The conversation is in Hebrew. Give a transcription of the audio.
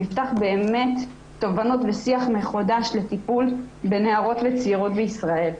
ויפתח באמת תובנות ושיח מחודש לטיפול בנערות וצעירות בישראל.